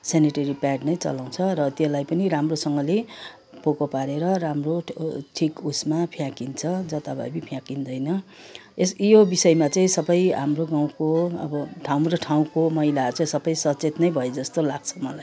sanitary pad नै चलाउँछ र त्यसलाई पनि राम्रोसँगले पोको पारेर राम्रो ठिक उयसमा फ्याँकिन्छ जथाभावी फ्याँकिँदैन यस यो विषयमा चाहिँ सबै हाम्रो गाउँको अब हाम्रो ठाउँको महिलाहरू चाहिँ सबै सचेत नै भए जस्तो लाग्छ मलाई